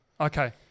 Okay